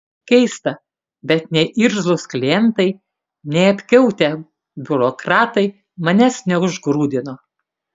keista bet nei irzlūs klientai nei apkiautę biurokratai manęs neužgrūdino